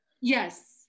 Yes